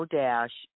dash